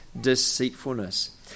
deceitfulness